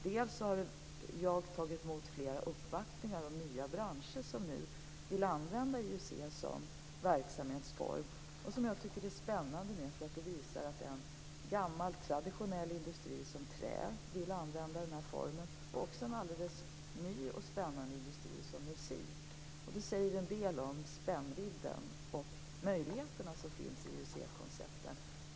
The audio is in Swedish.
Jag har också tagit emot flera uppvaktningar om nya branscher som nu vill använda IUC som verksamhetsform. Det tycker jag är spännande, för det visar att en gammal traditionell industri som trä vill använda den här formen, liksom en alldeles ny och spännande industri som musik. Det säger en del om spännvidden och möjligheterna som finns i IUC-konceptet.